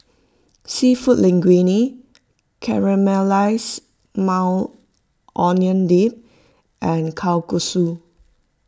Seafood Linguine Caramelized Maui Onion Dip and Kalguksu